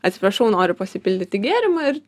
atsiprašau noriu pasipildyti gėrimą ir